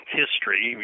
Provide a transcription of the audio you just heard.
history